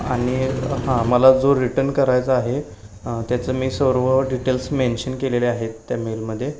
आनि हां मला जो रिटर्न करायचा आहे त्याचं मी सर्व डिटेल्स मेन्शन केलेले आहेत त्या मेलमध्ये